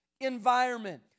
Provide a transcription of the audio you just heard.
environment